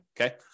Okay